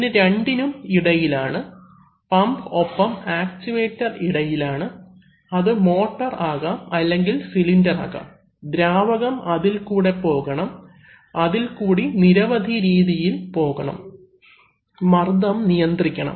ഇതിനു രണ്ടിനും ഇടയിലാണ് പമ്പ് ഒപ്പം ആക്ചുവെറ്റർ ഇടയിലാണ് അത് മോട്ടോർ ആകാം അല്ലെങ്കിൽ സിലിണ്ടർ ആകാം ദ്രാവകം അതിൽ കൂടെ പോകണം അതിൽ കൂടി നിരവധി രീതിയിൽ പോകണം മർദ്ദം നിയന്ത്രിക്കണം